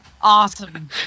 Awesome